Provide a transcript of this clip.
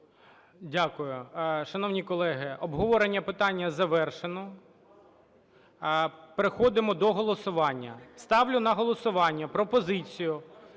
Дякую. Шановні колеги, обговорення питання завершено. Переходимо до голосування. Ставлю на голосування пропозицію…